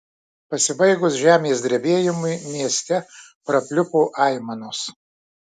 pasibaigus žemės drebėjimui mieste prapliupo aimanos